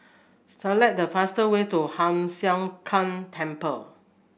select the fast way to Hoon Sian Keng Temple